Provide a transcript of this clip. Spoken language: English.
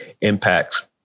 impacts